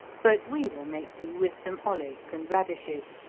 but we will make do with some olives and radishes,